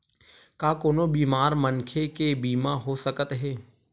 का कोनो बीमार मनखे के बीमा हो सकत हे?